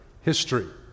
history